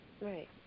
Right